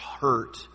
hurt